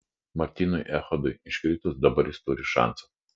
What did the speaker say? martynui echodui iškritus dabar jis turi šansą